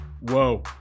Whoa